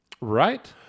Right